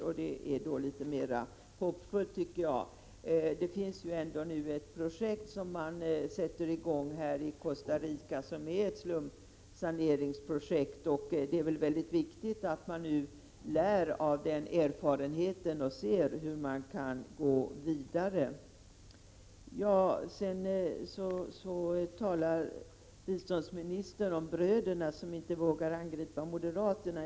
Det tycker jag är litet mera hoppfullt. Man skall nu sätta i gång ett slumsaneringsprojekt i Costa Rica. Det är väl mycket viktigt att man nu lär av den erfarenheten och ser hur man kan gå vidare. Biståndsministern talar om bröderna, som inte vågar angripa moderaterna.